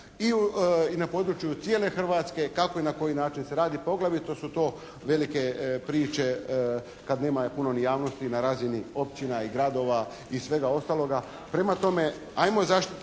i na području cijele Hrvatske kako i na koji način se radi, poglavito su to velike priče kada ni nema puno javnosti na razini općina i gradova i svega ostaloga. Prema tome ajmo zaštititi